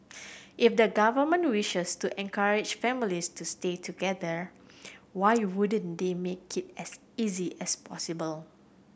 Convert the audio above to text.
if the government wishes to encourage families to stay together why you wouldn't they make it as easy as possible